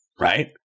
right